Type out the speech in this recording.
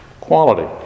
quality